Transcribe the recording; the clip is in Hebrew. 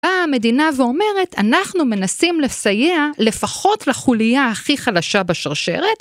באה המדינה ואומרת, אנחנו מנסים לסייע לפחות לחולייה הכי חלשה בשרשרת